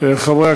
חברת